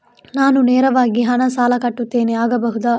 ನಾನು ನೇರವಾಗಿ ಹಣ ಸಾಲ ಕಟ್ಟುತ್ತೇನೆ ಆಗಬಹುದ?